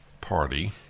party